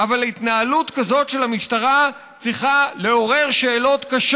אבל ההכרח לא יגונה.